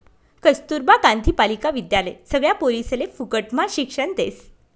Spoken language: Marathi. कस्तूरबा गांधी बालिका विद्यालय सगळ्या पोरिसले फुकटम्हा शिक्षण देस